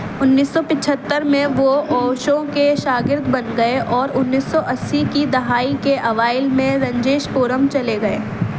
انیس سو پچھتر میں وہ اوشو کے شاگرد بن گئے اور انیس سو اسی کی دہائی کے اوائل میں رنجیش پورم چلے گئے